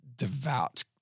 devout